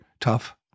tough